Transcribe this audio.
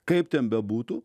kaip ten bebūtų